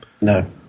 no